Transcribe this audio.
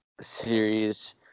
Series